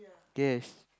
yes